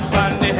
Sunday